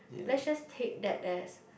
let's just take that as